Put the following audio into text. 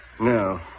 No